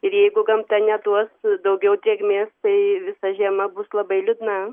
ir jeigu gamta neduos daugiau drėgmės tai visa žiema bus labai liūdna